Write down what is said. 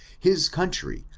his country,